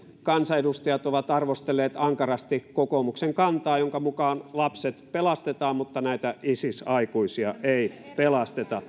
kansanedustajat ovat arvostelleet ankarasti kokoomuksen kantaa jonka mukaan lapset pelastetaan mutta näitä isis aikuisia ei pelasteta